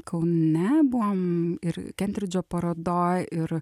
kaune buvom ir kemdridžo parodoj ir